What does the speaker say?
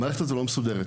המערכת הזו לא מסודרת.